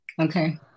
Okay